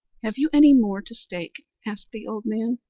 have you any more to stake? asked the old man.